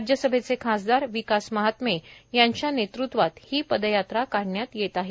राज्यसभेचे खासदार विकास महात्मे यांच्या नेतृत्वात हि पदयात्रा काढण्यात येत आहे